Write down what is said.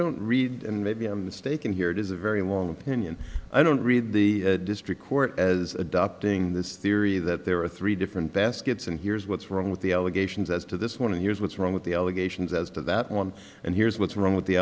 don't read and maybe i'm mistaken here it is a very long opinion i don't read the district court as adopting this theory that there are three different baskets and here's what's wrong with the allegations as to this one and here's what's wrong with the allegations as to that one and here's what's wrong with the